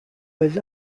was